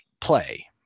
play